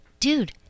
Dude